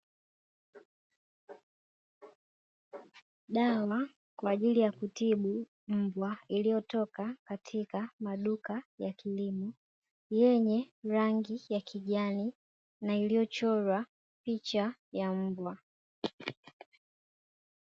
Dawa kwaajili ya kutibu mbwa, iliyotoka katika maduka ya kilimo. Yenye rangi ya kijani, na iliyochorwa picha ya mbwa.